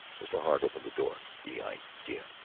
mr. hart opened the door. the idea!